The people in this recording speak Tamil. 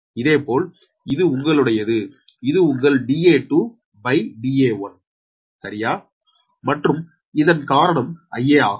இதேபோல் இது உங்களுடையது இது உங்கள் Da2 Da1 சரியா மற்றும் இதன் காரணம் Ia ஆகும்